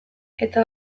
eta